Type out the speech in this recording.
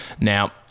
Now